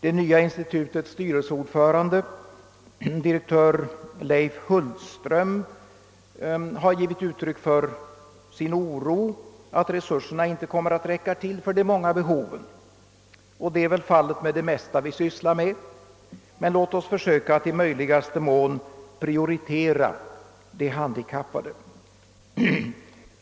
Det nya institutets styrelseordförande, direktör Leif Hultström, har givit uttryck för sin oro att resurserna inte kommer att räcka till för de många behoven. Detta är väl fallet med det mesta vi ägnar oss åt. Men låt oss försöka att i möjligaste mån prioritera de handikappade.